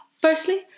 Firstly